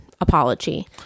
apology